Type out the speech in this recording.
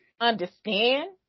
understand